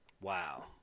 Wow